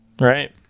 Right